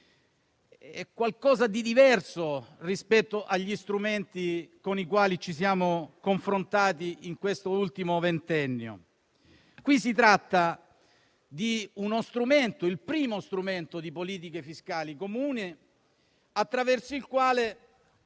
è qualcosa di diverso rispetto agli strumenti con i quali ci siamo confrontati in quest'ultimo ventennio. È il primo strumento di politiche fiscali comuni attraverso il quale